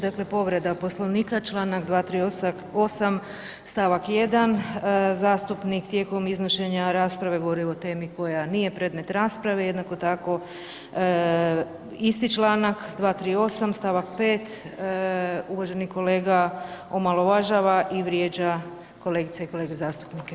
Dakle, povreda Poslovnika, čl. 238. stavak 1., zastupnik tijekom iznošenja rasprave govori o temi koja nije predmet rasprave, jednako tako isti članak 238., stavak 5., uvaženi kolega omalovažava i vrijeđa kolegice i kolege zastupnike.